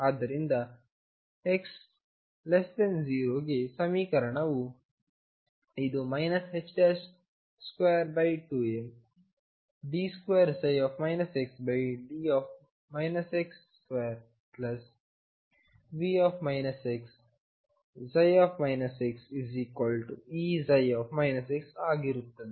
ಆದ್ದರಿಂದx0ಗೆ ಸಮೀಕರಣವು ಇದು 22md2 xd x2V x xEψ ಆಗುತ್ತದೆ